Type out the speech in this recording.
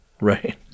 Right